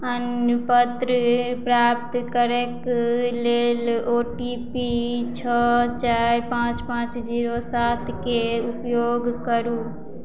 प्रमाणपत्र प्राप्त करैक लेल ओ टी पी छओ चारि पाँच पाँच जीरो सातके उपयोग करु